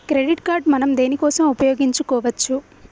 Credit card మనం దేనికోసం ఉపయోగించుకోవచ్చు?